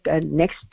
next